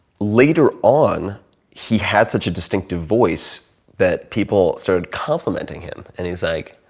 later on he had such a distinctive voice that people started complimenting him and he's like,